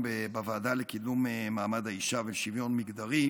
וגם אמרתי את זה היום בוועדה לקידום מעמד האישה ולשוויון מגדרי,